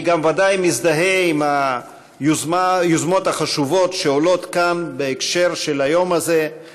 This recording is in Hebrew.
אני ודאי מזדהה עם היוזמות החשובות שעולות כאן בהקשר זה מעת לעת,